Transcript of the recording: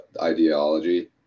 ideology